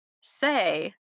say